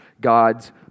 God's